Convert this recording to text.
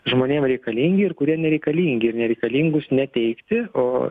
žmonėm reikalingi ir kurie nereikalingi nereikalingus neteikti o